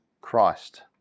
Christ